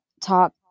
talk